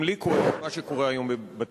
גם לי כואב מה שקורה היום בבתי-החולים,